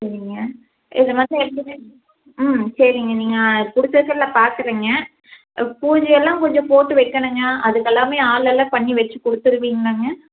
சரிங்க இந்த மாதம் ரெண்டுமே ம் சரிங்க நீங்கள் கொடுத்த டிசைனில் பார்க்குறேங்க பூஜையெல்லாம் கொஞ்சம் போட்டு வைக்கணுங்க அதுக்கெல்லாமே ஆள் எல்லாம் பண்ணி வச்சு கொடுத்துருவீங்களாங்க